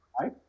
Right